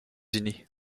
unis